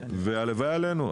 והלוואי עלינו,